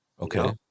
Okay